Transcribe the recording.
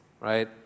right